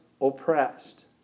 Oppressed